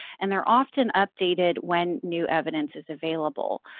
and they're often updated when new evidence is available.